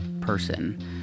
person